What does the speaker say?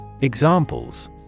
Examples